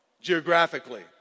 geographically